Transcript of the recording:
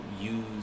use